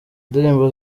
indirimbo